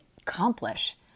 accomplish